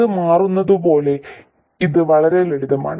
അത് മാറുന്നതുപോലെ ഇത് വളരെ ലളിതമാണ്